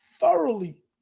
thoroughly